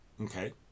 Okay